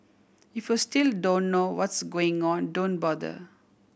if you still don't know what's going on don't bother